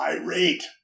irate